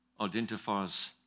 identifies